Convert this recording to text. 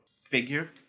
figure